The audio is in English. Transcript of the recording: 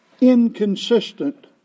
inconsistent